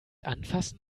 anfassen